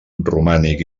romànic